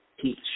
teach